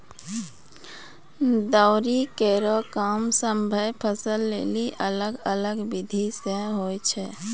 दौरी केरो काम सभ्भे फसल लेलि अलग अलग बिधि सें होय छै?